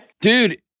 Dude